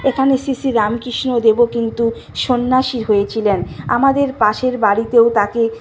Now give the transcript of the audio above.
এখানে শ্রী শ্রী রামকৃষ্ণদেবও কিন্তু সন্ন্যাসী হয়েছিলেন আমাদের পাশের বাড়িতেও তাকে